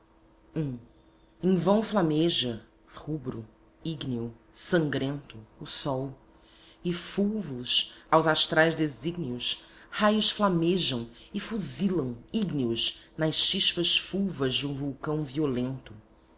em vão flameja rubro ígneo sangrento o sol e fulvos aos astrais desígnios raios flamejam e fuzilam ígneos nas chispas fulvas de um vulcão violento